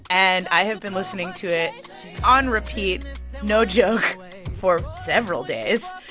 and i have been listening to it on repeat no joke for several days.